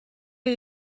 est